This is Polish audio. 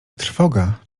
trwoga